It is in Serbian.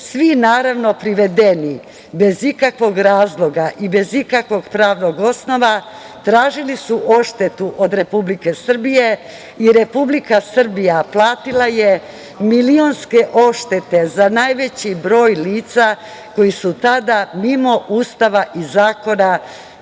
naravno privedeni, bez ikakvog razloga i bez ikakvog pravnog osnova tražili su odštetu od Republike Srbije i Republika Srbija platila je milionske odštete za najveći broj lica koji su tada mimo Ustava i zakona